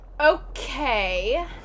Okay